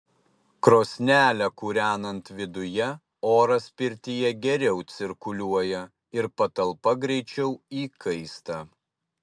krosnelę kūrenant viduje oras pirtyje geriau cirkuliuoja ir patalpa greičiau įkaista